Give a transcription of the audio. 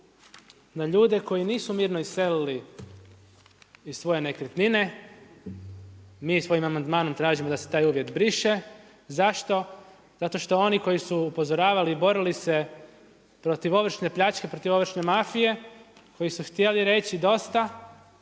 na ljude koji nisu mirno iselili iz svoje nekretnine, mi svojim amandmanom tražimo da se taj uvjet briše. Zašto? Zato što oni koji su upozoravala i borili se protiv ovršne pljačke, protiv ovršne mafije, koji su htjeli reći dosta